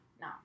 No